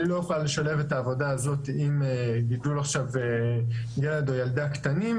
אני לא יכולה לשלב את העבודה הזאת עם גידול ילד או ילדה קטנים,